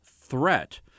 threat